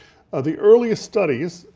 ah the early studies,